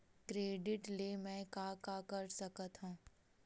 Credit ले मैं का का कर सकत हंव?